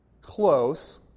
close